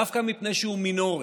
דווקא מפני שהוא מינורי,